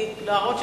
הודעה בעיתונות,